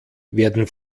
werden